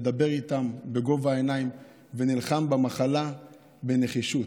מדבר איתם בגובה העיניים ונלחם במחלה בנחישות,